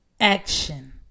Action